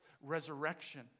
resurrection